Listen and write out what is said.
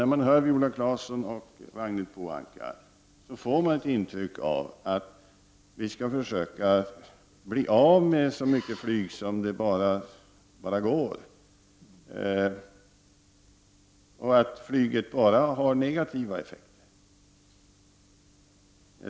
När man hör Viola Claesson och Ragnhild Pohanka får man ett intryck av att vi skall försöka bli av med så mycket flygtrafik som det bara går och att flyget bara har negativa effekter.